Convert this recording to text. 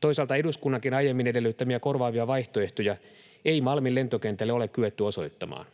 Toisaalta eduskunnankin aiemmin edellyttämiä korvaavia vaihtoehtoja ei Malmin lentokentälle ole kyetty osoittamaan.